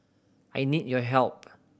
I need your help